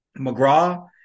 McGraw